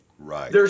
Right